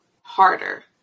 harder